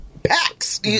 Packs